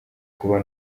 kuba